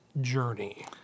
journey